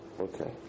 Okay